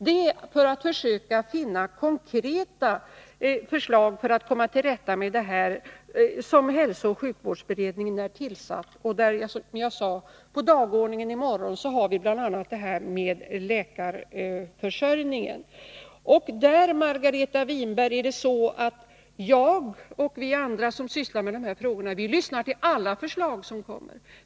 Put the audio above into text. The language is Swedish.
Det är för att försöka finna konkreta lösningar för att komma till rätta med detta som hälsooch sjukvårdsberedningen tillsatts. Som jag sade står på dagordningen i morgon bl.a. frågan om läkarförsörjningen. Och där är det så, Margareta Winberg, att jag och de andra som sysslar med dessa frågor lyssnar till alla förslag som kommer.